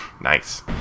Nice